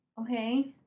Okay